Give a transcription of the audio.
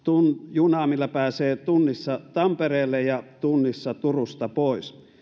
junaa millä pääsee tunnissa tampereelle ja tunnissa turusta pois